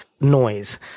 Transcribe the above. noise